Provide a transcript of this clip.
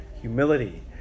humility